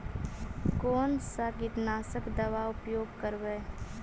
कोन सा कीटनाशक दवा उपयोग करबय?